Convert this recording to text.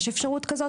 יש אפשרות כזו?